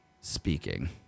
speaking